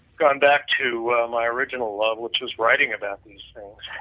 gone back to my original love which is writing about these things.